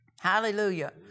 Hallelujah